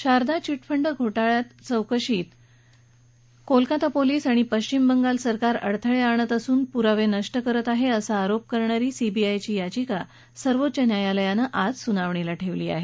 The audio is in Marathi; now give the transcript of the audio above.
शारदा चिटफंड घोटाळ्याच्या चौकशीत कोलकाता पोलीस आणि पश्चिमबंगाल सरकार अडथळे आणत असून पुरावे नष्ट करत आहे असा आरोप करणारी सीबीआयची याचिका सर्वोच्च न्यायालयानं आज सुनावणीला ठेवली आहे